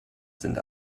sind